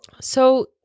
So-